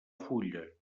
fulla